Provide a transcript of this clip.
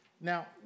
Now